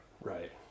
Right